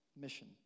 Mission